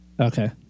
Okay